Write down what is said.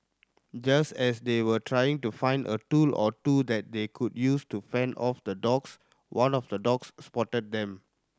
just as they were trying to find a tool or two that they could use to fend off the dogs one of the dogs spotted them